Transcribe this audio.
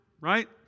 right